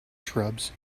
shrubs